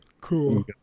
cool